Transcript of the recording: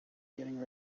getting